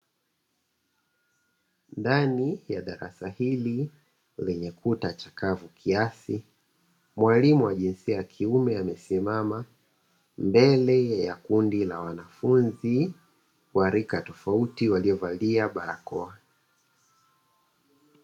Ndani ya darasa hili lenye kuta chakavu kiasi, mwalimu wa jinsia ya kiume amesimama mbele ya kundi la wanafunzi wa rika tofauti waliovalia barakoa.